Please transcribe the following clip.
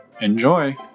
Enjoy